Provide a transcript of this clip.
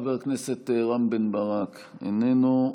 חבר הכנסת רם בן ברק, איננו.